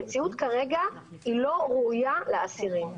המציאות כרגע היא לא ראויה לאסירים.